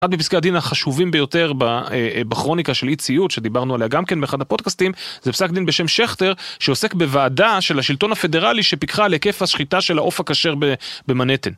אחד מפסקי הדין החשובים ביותר בכרוניקה של אי ציות שדיברנו עליה גם כן באחד הפודקאסטים זה פסק דין בשם שכטר שעוסק בוועדה של השלטון הפדרלי שפיקחה על היקף השחיטה של העוף הכשר במנהטן.